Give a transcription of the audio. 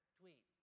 tweet